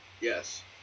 Yes